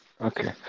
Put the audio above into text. Okay